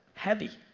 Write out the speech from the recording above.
heavy.